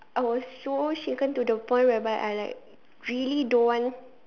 I was so shaken to the point whereby I like really don't want